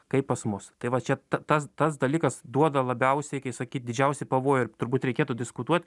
kaip pas mus tai va čia tas tas dalykas duoda labiausiai kai sakyt didžiausią pavojų ir turbūt reikėtų diskutuot